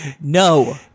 no